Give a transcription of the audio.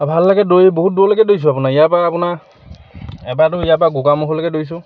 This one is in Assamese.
ভাল লাগে দৌৰি বহুত দূৰলৈকে দৌৰিছোঁ আপোনাৰ ইয়াৰ পৰা আপোনাৰ এবাৰতো ইয়াৰ পৰা গোগামুখলৈকে দৌৰিছোঁ